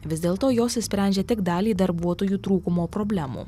vis dėlto jos išsprendžia tik dalį darbuotojų trūkumo problemų